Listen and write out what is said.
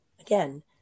again